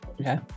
Okay